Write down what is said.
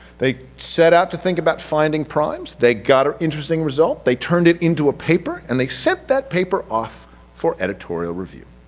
they set out to think about finding primes, they got an interesting result, they turned it into a paper and they sent that paper off for editorial review.